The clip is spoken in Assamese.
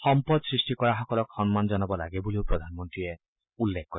সম্পদ সৃষ্টি কৰাসকলক সন্মান জনাব লাগে বুলিও প্ৰধানমন্ত্ৰীয়ে উল্লেখ কৰে